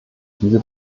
diese